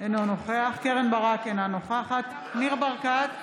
אינו נוכח קרן ברק, אינה נוכחת ניר ברקת,